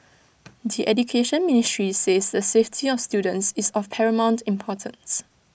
the Education Ministry says the safety of students is of paramount importance